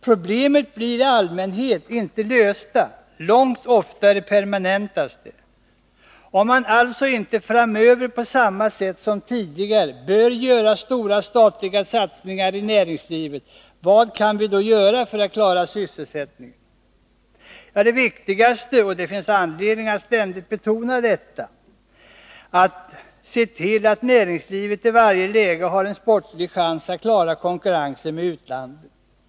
Problemen blir i allmänhet inte lösta. Långt oftare permanentas de. Om man alltså inte framöver på samma sätt som tidigare bör göra stora statliga satsningar i näringslivet, vad kan vi då göra för att klara sysselsättningen? Det viktigaste — och det finns anledning att ständigt betona detta — är att se till att näringslivet i varje läge har en sportslig chans att klara konkurrensen med utlandet.